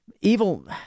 evil